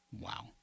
Wow